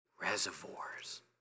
reservoirs